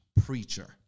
preacher